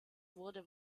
wurde